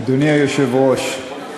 אדוני היושב-ראש,